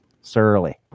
Surly